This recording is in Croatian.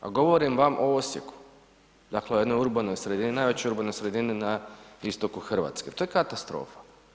A govorim vam o Osijeku, dakle jednoj urbanoj sredini, najvećoj urbanoj sredini na istoku Hrvatske, to je katastrofa.